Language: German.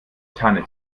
tanne